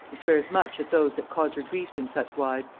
and swears much at those that cause her griefs in such wise,